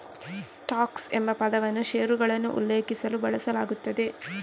stocks ಎಂಬ ಪದವನ್ನು ಷೇರುಗಳನ್ನು ಉಲ್ಲೇಖಿಸಲು ಬಳಸಲಾಗುತ್ತದೆ